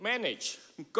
Manage